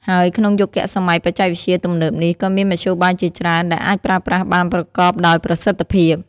ហើយក្នុងយុគសម័យបច្ចេកវិទ្យាទំនើបនេះ ក៏មានមធ្យោបាយជាច្រើនដែលអាចប្រើប្រាស់បានប្រកបដោយប្រសិទ្ធភាព។